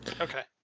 Okay